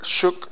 shook